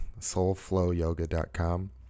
soulflowyoga.com